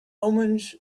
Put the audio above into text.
omens